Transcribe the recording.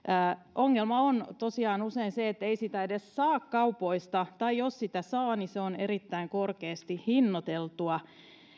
ongelma on tosiaan usein se että ei sitä edes saa kaupoista tai jos sitä saa niin se on erittäin korkeasti hinnoiteltua